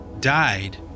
died